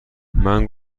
منم